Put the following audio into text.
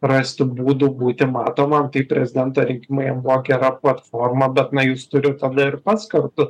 rasti būdų būti matomam tai prezidento rinkimai jam buvo gera platforma bet na jis turi tada ir pats kartu